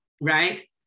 Right